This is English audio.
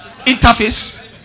interface